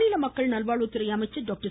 மாநில மக்கள் நல்வாழ்வுத்துறை அமைச்சர் டாக்டர்